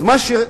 אז מה שחושבים,